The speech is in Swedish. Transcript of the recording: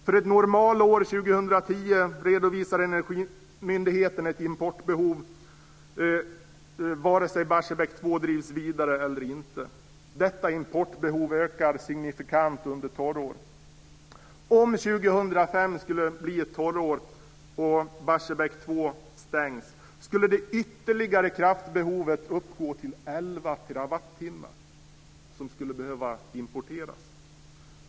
För ett normalår 2010 redovisar Energimyndigheten ett importbehov vare sig Barsebäck 2 drivs vidare eller inte. Detta importbehov ökar signifikant under torrår. Om 2005 skulle bli ett torrår och Barsebäck 2 stängs skulle det ytterligare kraftbehovet uppgå till 11 terawattimmar som skulle behöva importeras.